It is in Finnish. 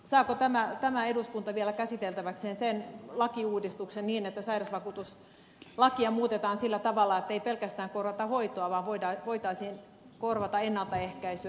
saako tämä eduskunta vielä käsiteltäväkseen sen lakiuudistuksen niin että sairausvakuutuslakia muutetaan sillä tavalla ettei pelkästään korvata hoitoa vaan voitaisiin korvata ennaltaehkäisyä